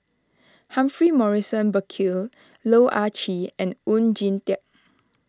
Humphrey Morrison Burkill Loh Ah Chee and Oon Jin Teik